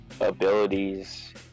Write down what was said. abilities